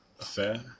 affair